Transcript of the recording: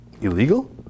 Illegal